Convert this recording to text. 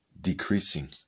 decreasing